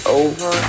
over